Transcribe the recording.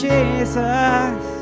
Jesus